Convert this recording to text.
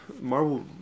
Marvel